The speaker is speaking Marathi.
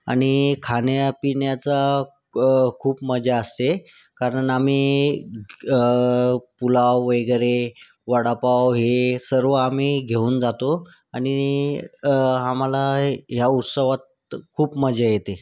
आणि खाण्यापिण्याची खूप मजा असते कारण आम्ही पुलाव वगैरे वडापाव हे सर्व आम्ही घेऊन जातो आणि आम्हाला या उत्सवात खूप मजा येते